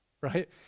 right